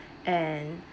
and